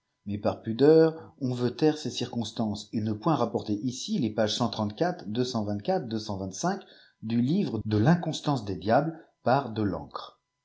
mais parpudeur on veut taire ces circonstances et ne point rapporter ici les pages du livre de y inconstance des diables par de lancre